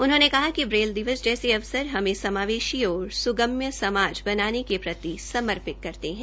उन्होंने कहा कि ब्रेल दिवस जैसे अवसर हमें समावेशी और सुगम्य समाज बनाने प्रति समर्पित करते हैं